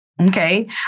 Okay